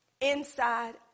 inside